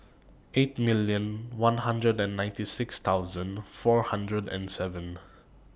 eight million one hundred and ninety six thousand four hundred and seven